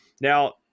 Now